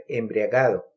embriagado